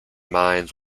mines